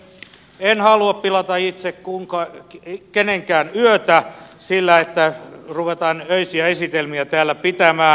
en halua pilata kenenkään yötä sillä että ruvetaan öisiä esitelmiä täällä pitämään